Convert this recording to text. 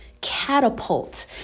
catapult